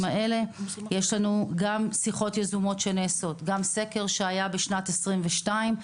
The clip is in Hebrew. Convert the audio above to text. האלה; יש לנו שיחות יזומות שנעשות; סקר שהיה ב-2022,